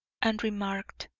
and remarked